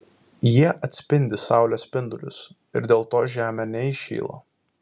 jie atspindi saulės spindulius ir dėl to žemė neįšyla